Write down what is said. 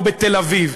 או בתל-אביב.